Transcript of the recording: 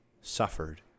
suffered